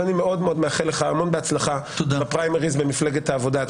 אני מאחל לך הצלחה בפריימריז במפלגת העבודה הצפויים.